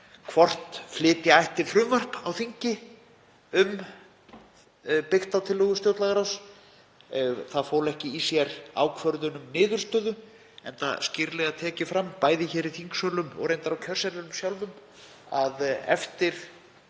hvort flytja ætti frumvarp á þingi byggt á tillögu stjórnlagaráðs. Það fól ekki í sér ákvörðun um niðurstöðu enda skýrlega tekið fram, bæði hér í þingsölum og reyndar á kjörseðlinum sjálfum, að eftir